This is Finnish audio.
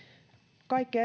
kaikki